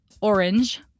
orange